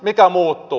mikä muuttuu